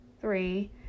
three